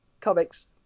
comics